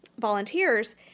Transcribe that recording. volunteers